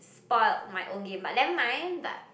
spoilt my own game but never mind but